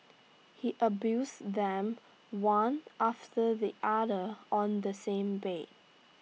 he abused them one after the other on the same bed